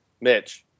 Mitch